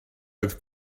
oedd